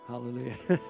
Hallelujah